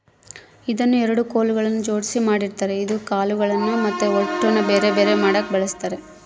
ಇದನ್ನ ಎರಡು ಕೊಲುಗಳ್ನ ಜೊಡ್ಸಿ ಮಾಡಿರ್ತಾರ ಇದು ಕಾಳುಗಳ್ನ ಮತ್ತೆ ಹೊಟ್ಟುನ ಬೆರೆ ಬೆರೆ ಮಾಡಕ ಬಳಸ್ತಾರ